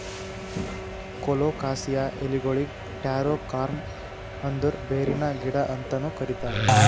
colocasia ಎಲಿಗೊಳಿಗ್ taro corm ಅಂದುರ್ ಬೇರಿನ ಗಿಡ ಅಂತನು ಕರಿತಾರ್